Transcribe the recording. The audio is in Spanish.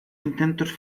intentos